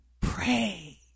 pray